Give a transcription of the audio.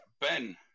Ben